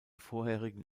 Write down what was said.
vorherigen